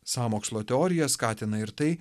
sąmokslo teorija skatina ir tai